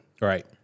Right